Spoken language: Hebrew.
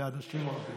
אנשים רבים.